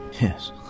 Yes